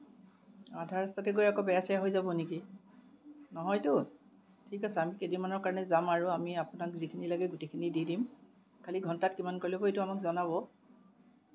আধা ৰাস্তাতে গৈ আকৈ বেয়া চেয়া হৈ যাব নেকি নহয়তো ঠিক আছে আমি কেইদিনমানৰ কাৰণে যাম আৰু আমি আপোনাক যিখিনি লাগে গোটেইখিনি দি দিম খালী ঘন্টাত কিমানকৈ ল'ব সেইটো আমাক জনাব